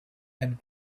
and